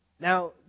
Now